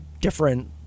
different